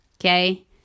okay